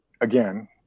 again